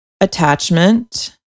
attachment